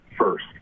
first